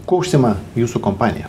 kuo užsiima jūsų kompanija